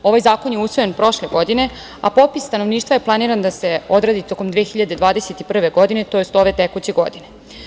Ovaj zakon je usvojen prošle godine, a popis stanovništva je planiran da se odradi tokom 2021. godine, to jest ove tekuće godine.